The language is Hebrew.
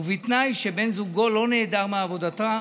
ובתנאי שבן זוגו לא נעדר מעבודתו,